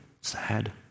Sad